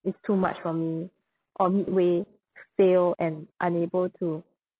it's too much for me or midway fail and unable to